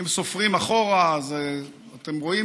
אם סופרים אחורה, אתם רואים